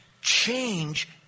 change